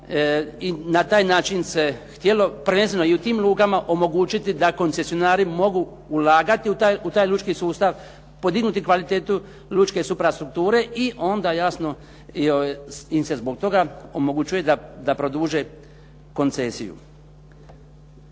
i na taj način se htjelo prvenstveno i u tim lukama omogućiti da koncesionari mogu ulagati u taj lučki sustav, podignuti kvalitetu lučke suprastrukture i onda jasno im se zbog toga omogućuje da produže koncesiju.